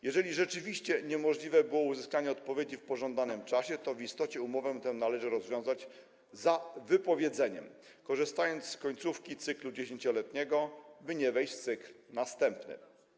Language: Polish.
Jeżeli rzeczywiście niemożliwe było uzyskanie odpowiedzi w pożądanym czasie, to w istocie umowę tę należy rozwiązać za wypowiedzeniem, korzystając z końcówki 10-letniego cyklu, by nie wejść w cykl następny.